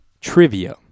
Trivia